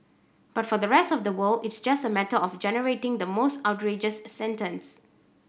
but for the rest of the world it's just a matter of generating the most outrageous sentence